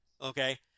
okay